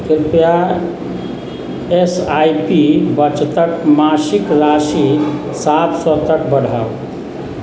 कृपया S I P बचतके मासिक राशि सात सए तक बढ़ाउ